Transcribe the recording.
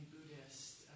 Buddhist